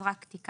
אז רק תיקנו.